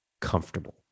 comfortable